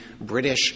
British